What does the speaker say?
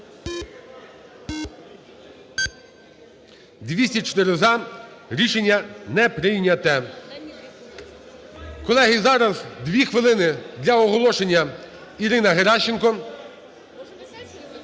За-204 Рішення не прийняте. Колеги, зараз 2 хвилини для оголошення Ірина Геращенко.